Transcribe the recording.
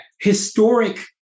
historic